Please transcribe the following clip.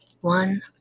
one